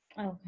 Okay